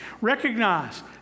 recognize